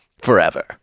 forever